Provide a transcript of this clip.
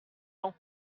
lent